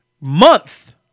month